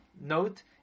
note